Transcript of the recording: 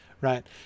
right